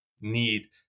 need